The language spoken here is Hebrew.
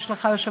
יש לך יושב-ראש